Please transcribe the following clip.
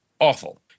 awful